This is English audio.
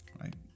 right